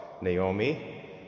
Naomi